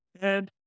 And-